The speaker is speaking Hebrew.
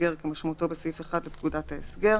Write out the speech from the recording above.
הסגר כמשמעותו בסעיף 1 לפקודת ההסגר,